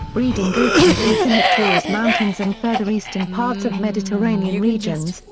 breeding goats and sheep in the taurus mountains and further eastern parts of mediterranean regions,